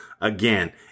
Again